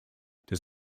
does